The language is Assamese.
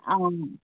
অ